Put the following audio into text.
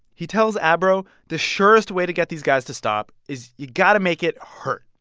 he tells abro the surest way to get these guys to stop is you got to make it hurt.